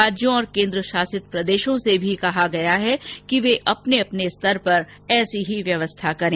राज्यों और केन्द्र शासित प्रदशों से भी कहा गया है कि वे अपने अपने स्तर पर ऐसी ही व्यवस्था करें